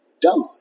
done